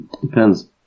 Depends